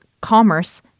Commerce